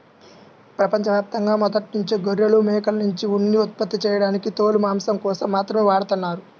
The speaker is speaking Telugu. ప్రపంచ యాప్తంగా మొదట్నుంచే గొర్రెలు, మేకల్నుంచి ఉన్ని ఉత్పత్తి చేయడానికి తోలు, మాంసం కోసం మాత్రమే వాడతన్నారు